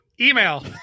email